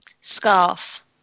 Scarf